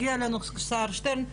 הגיע אלינו השר שטרן.